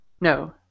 No